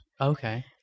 Okay